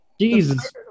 Jesus